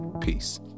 peace